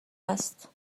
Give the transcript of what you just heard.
است